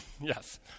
Yes